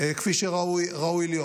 כפי שראוי להיות.